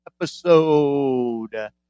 episode